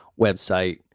website